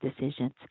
decisions